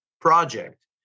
project